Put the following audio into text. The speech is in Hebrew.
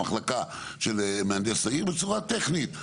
במחלקה של מהנדס העיר בצורה טכנית,